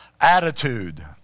attitude